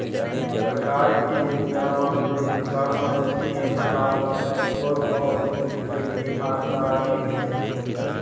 सरकार के योजना मन ले किसान मन के हालात ह थोर बहुत सुधरे के आसा हे